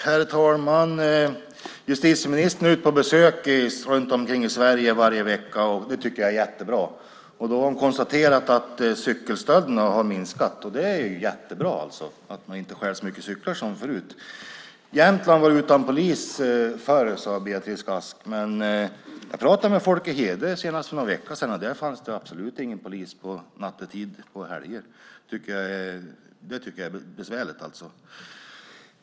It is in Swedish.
Herr talman! Justitieministern är ute på besök runt omkring i Sverige varje vecka. Det tycker jag är jättebra. Då har hon konstaterat att cykelstölderna har minskat. Det är ju jättebra att man inte stjäl så mycket cyklar som förut. Jämtland var utan polis förr, sade Beatrice Ask. Jag pratade med folk i Hede senast för någon vecka sedan. Där fanns det absolut ingen polis nattetid och på helger. Det tycker jag är besvärligt.